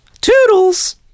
Toodles